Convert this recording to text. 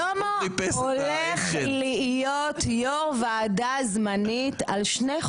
שלמה הולך להיות יו"ר ועדה זמנית על שני חוקים.